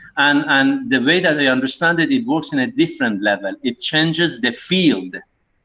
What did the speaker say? and and the way that i understand it, it works in a different level. it changes the field.